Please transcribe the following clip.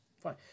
fine